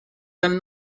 dal